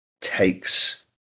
takes